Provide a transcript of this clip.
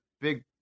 Big